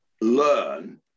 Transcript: learn